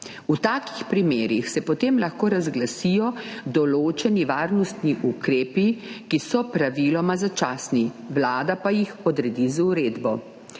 V takih primerih se potem lahko razglasijo določeni varnostni ukrepi, ki so praviloma začasni, vlada pa jih odredi z uredbo.